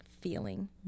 feeling